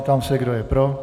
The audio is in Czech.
Ptám se, kdo je pro?